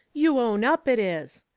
you own up it is!